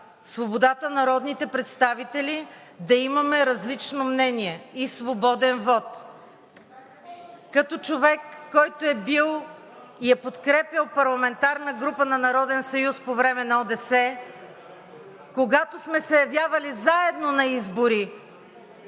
свободата народните представители да имаме различно мнение и свободен вот. Като човек, който е бил и е подкрепял парламентарната група на „Народен съюз“ по време на ОДС, когато сме се явявали заедно на избори,